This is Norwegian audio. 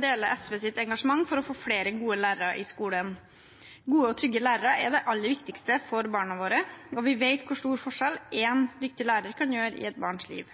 deler SVs engasjement for å få flere gode lærere i skolen. Gode og trygge lærere er det aller viktigste for barna våre. Vi vet hvor stor forskjell en dyktig lærer kan gjøre i et barns liv.